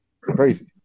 crazy